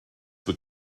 were